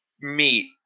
meat